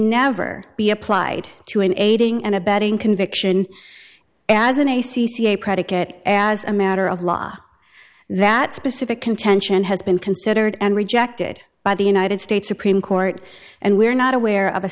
never be applied to an aiding and abetting conviction as an i c c a predicate as a matter of law that specific contention has been considered and rejected by the united states supreme court and we're not aware of a